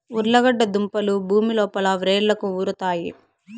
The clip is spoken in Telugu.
ఉర్లగడ్డ దుంపలు భూమి లోపల వ్రేళ్లకు ఉరుతాయి